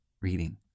reading